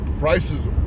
prices